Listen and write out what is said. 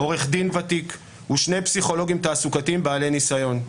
עורך דין ותיק ושני פסיכולוגים תעסוקתיים בעלי ניסיון.